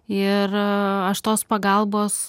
ir aš tos pagalbos